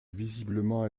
visiblement